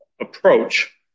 approach